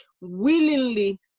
willingly